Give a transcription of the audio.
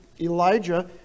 Elijah